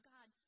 God